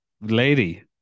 lady